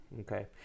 Okay